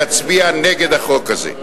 יצביע נגד החוק הזה.